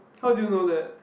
how did you know that